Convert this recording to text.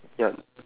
ya